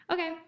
Okay